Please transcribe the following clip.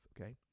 okay